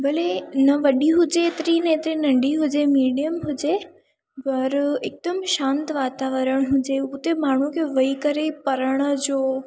भले न वॾी हुजे हेतिरी न हेतिरी नंढी हुजे मीडियम हुजे पर हिकदमु शांति वातावरण हुजे उते माण्हू खे वेही करे पढ़ण जो